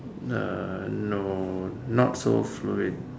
err no not so fluid